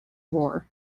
war